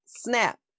snap